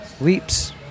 leaps